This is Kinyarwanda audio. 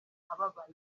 ababaye